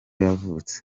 yavutse